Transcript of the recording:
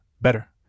better